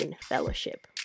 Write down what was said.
Fellowship